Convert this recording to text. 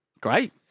Great